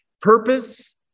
purpose